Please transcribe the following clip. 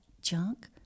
junk